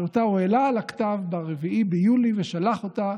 שאותה הוא העלה על הכתב ב-4 ביולי ושלח אותה